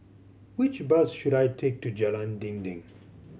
which bus should I take to Jalan Dinding